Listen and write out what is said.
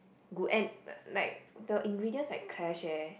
good and like the ingredients like clash leh